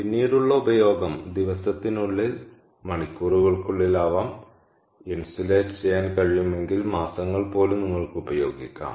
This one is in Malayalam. പിന്നീടുള്ള ഉപയോഗം ദിവസത്തിനുള്ളിൽ മണിക്കൂറുകൾക്കുള്ളിൽ ആകാം ഇൻസുലേറ്റ് ചെയ്യാൻ കഴിയുമെങ്കിൽ മാസങ്ങൾ പോലും നിങ്ങൾക്ക് ഉപയോഗിക്കാം